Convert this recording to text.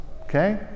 okay